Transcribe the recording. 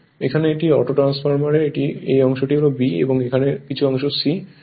এখানে এটি auto transformer এটি হল এই অংশটি B এবং এখানে কিছু অংশ C